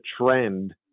trend